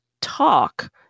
talk